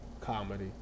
comedy